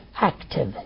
active